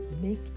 make